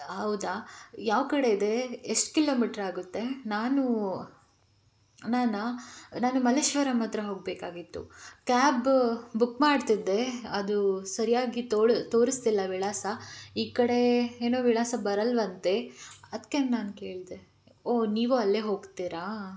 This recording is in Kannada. ಹೌದಾ ಯಾವ ಕಡೆ ಇದೆ ಎಷ್ಟು ಕಿಲೋಮೀಟ್ರ್ ಆಗುತ್ತೆ ನಾನು ನಾನ ನಾನು ಮಲ್ಲೇಶ್ವರಮ್ ಹತ್ರ ಹೋಗಬೇಕಾಗಿತ್ತು ಕ್ಯಾಬ್ ಬುಕ್ ಮಾಡ್ತಿದ್ದೆ ಅದು ಸರಿಯಾಗಿ ತೋಳ ತೋರಿಸ್ತಿಲ್ಲ ವಿಳಾಸ ಈ ಕಡೆ ಏನೋ ವಿಳಾಸ ಬರಲ್ವಂತೆ ಅದಕ್ಕೆ ನಾನು ಕೇಳಿದೆ ಓಹ್ ನೀವು ಅಲ್ಲೇ ಹೋಗ್ತೀರಾ